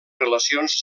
relacions